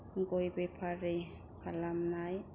गय बेफारि खालामनाय